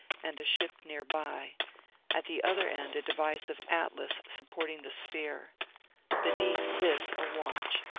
and a ship near by at the other end a device of atlas supporting the sphere beneath this a watch,